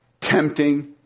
tempting